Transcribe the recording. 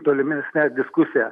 tolimesnę diskusiją